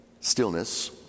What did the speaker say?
stillness